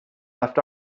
left